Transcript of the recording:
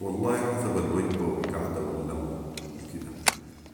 والله حسب الوجبه والقعده واللمه وكده